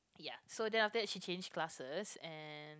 ya so then after that she change classes and